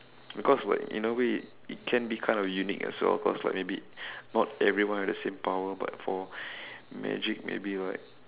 because like in a way it can be kind of unique as well cause like maybe not everyone have the same power but for magic maybe like